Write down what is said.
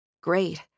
Great